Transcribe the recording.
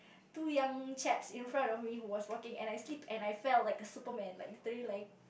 two young chaps in front of me who was walking and I slipped and I fell like a superman like literally like